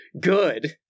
Good